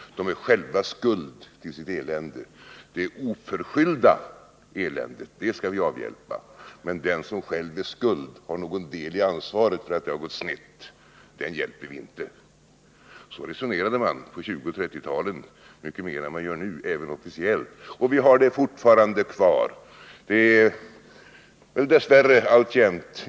De är själva skuld till sitt elände; det oförskyllda eländet skall vi avhjälpa, men den som själv har någon del i ansvaret för att det har gått snett hjälper vi inte. — Så resonerade man på 1920 och 1930-talen, mycket mer än man gör nu, även officiellt. Men vi har det fortfarande kvar.